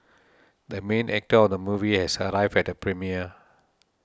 the main actor of the movie has arrived at the premiere